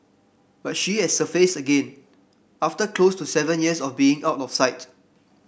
but she has surfaced again after close to seven years of being out of sight